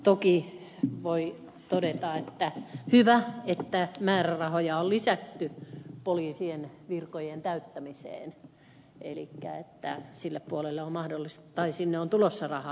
toki voi todeta että on hyvä että määrärahoja on lisätty poliisien virkojen täyttämiseen eli että sinne on tulossa rahaa